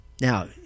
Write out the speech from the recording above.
now